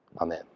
Amen